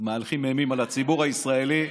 מהלכים אימים על הציבור הישראלי.